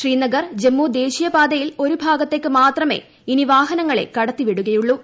ശ്രീനഗർ ജമ്മു ദേശീയ പാതയിൽ ഒരു ഭാഗത്തേക്ക് മാത്രമേ ഇനി വാഹനങ്ങളെ കടത്തിവിടുകയുള്ളൂ